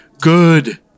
good